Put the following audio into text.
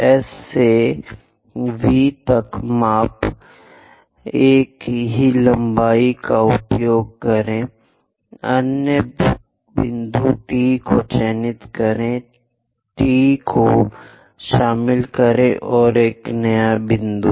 S से V तक माप एक ही लंबाई का उपयोग करें अन्य बिंदु T को चिह्नित करें T को शामिल करें और एक नया बिंदु